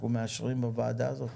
אנחנו מאשרים בוועדה הזאת?